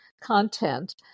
content